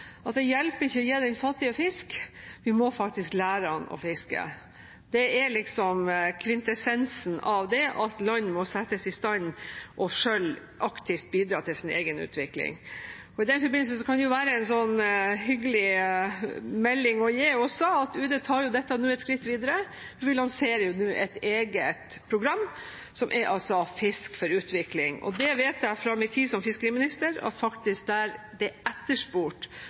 at det hjelper ikke å gi den fattige en fisk. Vi må faktisk lære ham å fiske. Det er kvintessensen av det at land må settes i stand til selv aktivt å bidra til sin egen utvikling. I den forbindelse kan det være en hyggelig melding å gi at UD tar dette et skritt videre og lanserer nå et eget program, «Fisk for utvikling». Det vet jeg fra min tid som fiskeriminister at faktisk er etterspurt. Norge er et land som har gode kunnskaper om både forvaltning og akvakultur, og vi er en ettertraktet partner av mange land globalt. Det